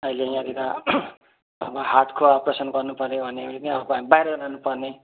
अहिले यहाँनिर अब हार्टको अप्रेसन गर्नु पऱ्यो भने पनि अब बाहिर जानुपर्ने